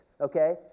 okay